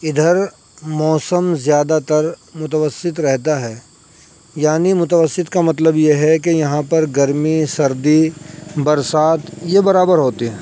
ادھر موسم زیادہ تر متوسط رہتا ہے یعنی متوسط کا مطلب یہ ہے کہ یہاں پر گرمی سردی برسات یہ برابر ہوتے ہیں